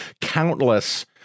countless